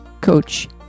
coach